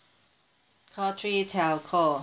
call three telco